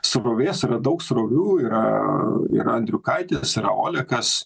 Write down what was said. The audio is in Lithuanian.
srovės yra daug srovių yra yra andriukaitis yra olekas